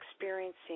experiencing